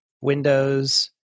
windows